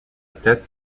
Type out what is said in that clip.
tête